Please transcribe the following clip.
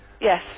Yes